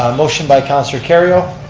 motion by councilor kerrio.